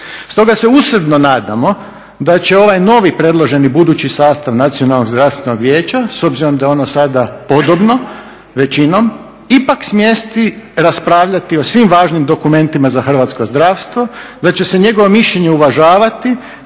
Stoga se usrdno nadamo da će ovaj novi predloženi budući sastav Nacionalnog zdravstvenog vijeća s obzirom da je ono sada podobno većinom ipak smjesti, raspravljati o svim važnim dokumentima za hrvatsko zdravstvo, da će se njegovo mišljenje uvažavati